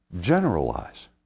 generalize